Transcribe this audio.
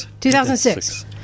2006